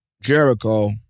Jericho